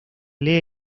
lee